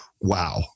wow